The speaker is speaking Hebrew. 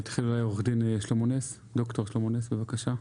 נתחיל עם עו"ד שלמה נס, ד"ר שלמה נס, בבקשה.